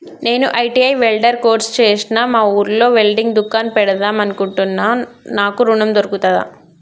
నేను ITI welder course చేశ్న మా ఊర్లో వెల్డింగ్ దుకాన్ పెడదాం అనుకుంటున్నా నాకు ఋణం దొర్కుతదా?